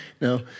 no